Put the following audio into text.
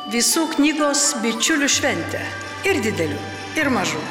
visų knygos bičiulių šventė ir didelių ir mažų